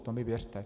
To mi věřte.